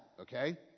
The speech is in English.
okay